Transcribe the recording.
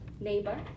neighbor